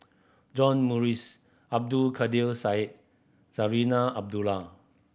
John Morrice Abdul Kadir Syed Zarinah Abdullah